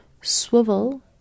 swivel